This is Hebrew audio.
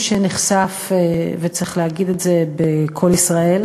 נחשף, וצריך להגיד את זה, ב"קול ישראל"